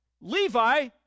Levi